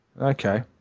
Okay